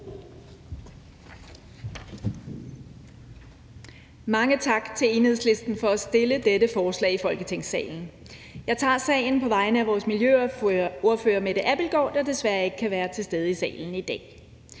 Mange tak til Enhedslisten for at fremsætte dette forslag i Folketingssalen. Jeg tager sagen på vegne af vores miljøordfører, Mette Abildgaard, der desværre ikke kan være til stede i salen i dag.